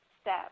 step